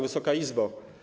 Wysoka Izbo!